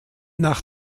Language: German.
nach